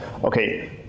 Okay